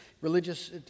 religious